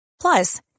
Plus